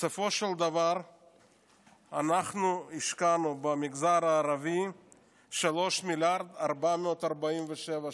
בסופו של דבר אנחנו השקענו במגזר הערבי 3.447 מיליארד שקלים.